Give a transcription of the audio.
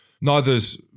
neither's